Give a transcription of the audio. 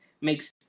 makes